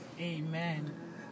Amen